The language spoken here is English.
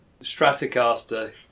Stratocaster